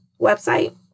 website